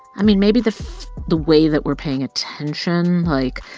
i mean, maybe the the way that we're paying attention like,